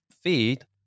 feed